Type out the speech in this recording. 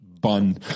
bun